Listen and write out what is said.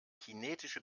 kinetische